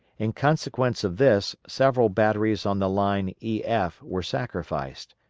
in consequence of this, several batteries on the line ef were sacrificed,